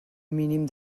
mínim